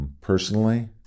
Personally